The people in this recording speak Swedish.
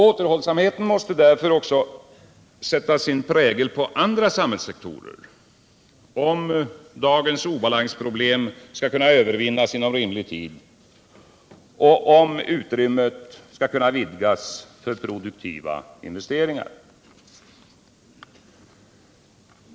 Återhållsamheten måste därför också sätta sin prägel på andra samhällssektorer, om dagens obalansproblem skall kunna övervinnas inom rimlig tid och utrymmet kunna vidgas för produktiva investeringar.